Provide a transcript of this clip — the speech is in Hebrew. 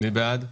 מי בעד?